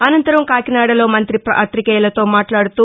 అసంతరం కాకినాడలో మంత్రి పాతికేయులతో మాట్లాడుతూ